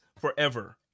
forever